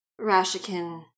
Rashikin